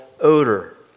odor